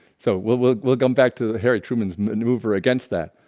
so we'll we'll we'll come back to harry truman's maneuver against that.